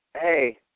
Hey